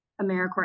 AmeriCorps